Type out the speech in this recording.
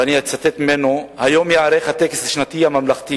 ואני אצטט ממנו: היום ייערך הטקס השנתי הממלכתי